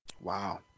Wow